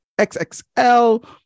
XXL